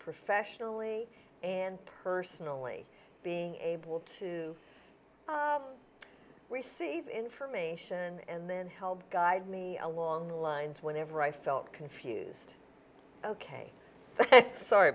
professionally and personally being able to receive information and then help guide me along the lines whenever i felt confused ok sorry